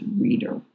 reader